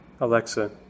Alexa